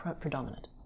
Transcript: predominant